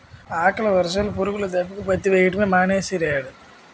అకాల వర్షాలు, పురుగుల దెబ్బకి పత్తి వెయ్యడమే మానీసేరియ్యేడు